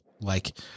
Like-